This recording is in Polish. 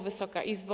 Wysoka Izbo!